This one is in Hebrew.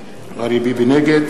נגד